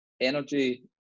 energy